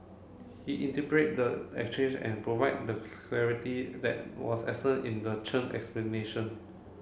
he interpret the exchange and provide the clarity that was absent in the Chen explanation